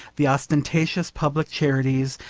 the ostentatious public charities,